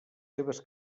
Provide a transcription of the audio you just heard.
seves